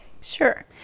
Sure